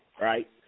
Right